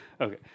okay